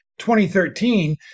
2013